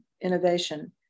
innovation